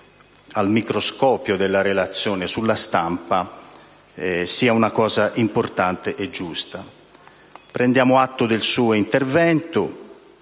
al microscopio della relazione sulla stampa, è una cosa importante e giusta. Prendiamo atto del suo intervento